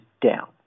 down